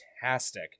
fantastic